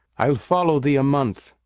i'll follow thee a month,